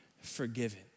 forgiven